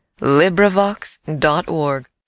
LibriVox.org